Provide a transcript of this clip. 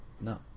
No